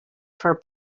for